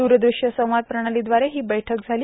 दुरदृष्य संवाद प्रणीलादवारे ही बैठक झाली